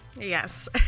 Yes